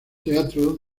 teatro